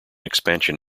expansion